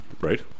Right